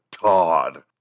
Todd